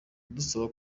dusaba